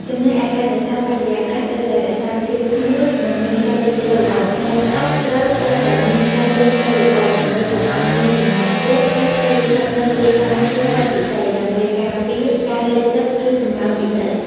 ចំណែកឯការរក្សាបរិយាកាសត្រូវតែរក្សាភាពស្ងួត និងមានខ្យល់ចេញចូលល្អ ឃ្លាំងស្តុកស្រូវត្រូវតែមានខ្យល់ចេញចូលល្អ ដើម្បីកុំឲ្យមានសំណើមខ្ពស់ ហើយត្រូវស្ថិតនៅទីតាំងខ្ពស់ផុតពីដី ដើម្បីការពារការលិចទឹក ឬសំណើមពីដី។